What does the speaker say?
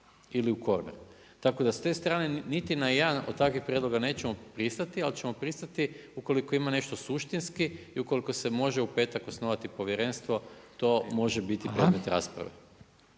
ili u korner. Tako da s te strane niti na jedan od takvih prijedloga nećemo pristati, ali ćemo pristati, ukoliko ima nešto suštinski i ukoliko se može u petak može osnovati povjerenstvo, to može biti predmet rasprave.